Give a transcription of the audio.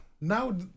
now